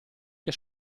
che